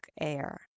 Air